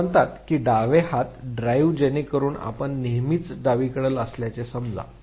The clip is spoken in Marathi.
जे म्हणतात की डावे हात ड्राईव्ह जेणेकरून आपण नेहमीच डावीकडील असल्याचे समजा